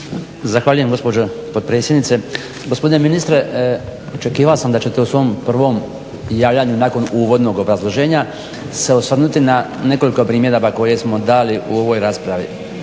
Zahvaljujem gospođo potpredsjednice. Gospodine ministre, očekivao sam da ćete u svom prvom javljanju nakon uvodnog obrazloženja se osvrnuti na nekoliko primjedbi koje smo dali u ovoj raspravi.